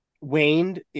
waned